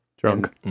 Drunk